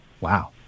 Wow